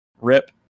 Rip